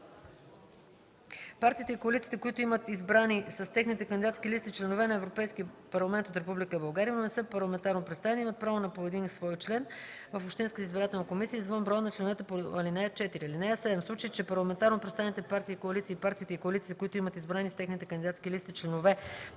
парламентарно представените партии и коалиции и партиите и коалициите, които имат избрани с техните кандидатски листи членове на Европейския парламент, но